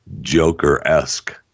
Joker-esque